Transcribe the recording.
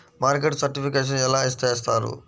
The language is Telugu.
మార్కెట్ సర్టిఫికేషన్ ఎలా చేస్తారు?